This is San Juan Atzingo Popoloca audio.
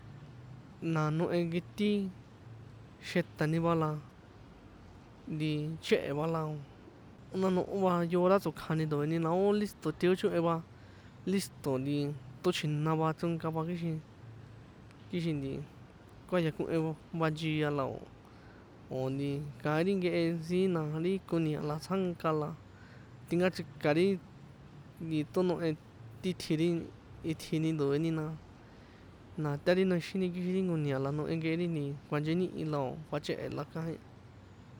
Na nohe nketin xetani va la, nti chéhe̱ va la, ó nanohó va nkeora tsokjani ndo̱eni na ó lísto̱ teochohen va, lísto̱ nti tochjina va chronka va kixin, kixin nti kuayakohen va nchia na o̱ nti kaín ri nkehe siín na ri koni̱a̱ na tsjánka, la tinka chrika ri nti tonohe ti tjiri itjini ndo̱eni na, na tari noexini kixin ri jnko ni̱a̱ la, nohe nkeri kuanchenihi la o̱ kjuachéhe̱ la kaín.